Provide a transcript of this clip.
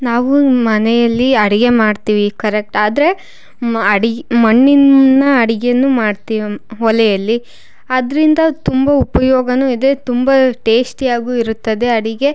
ನಾವು ಮನೆಯಲ್ಲಿ ಅಡಿಗೆ ಮಾಡ್ತೀವಿ ಕರೆಕ್ಟ್ ಆದರೆ ಮ್ ಅಡಿಗೆ ಮಣ್ಣಿನ ಅಡಿಗೆನೂ ಮಾಡ್ತೀವಿ ಒಲೆಯಲ್ಲಿ ಅದರಿಂದ ತುಂಬ ಉಪಯೋಗನೂ ಇದೆ ತುಂಬ ಟೇಸ್ಟಿ ಆಗೂ ಇರುತ್ತದೆ ಅಡಿಗೆ